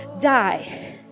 die